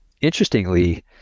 interestingly